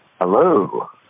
Hello